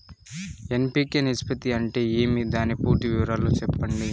NPK నిష్పత్తి అంటే ఏమి దాని పూర్తి వివరాలు సెప్పండి?